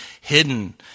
hidden